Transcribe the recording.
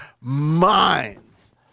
minds